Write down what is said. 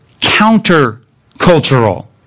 counter-cultural